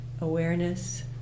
awareness